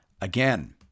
again